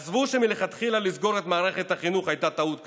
עזבו את זה שמלכתחילה סגירת מערכת החינוך הייתה טעות קשה,